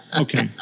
Okay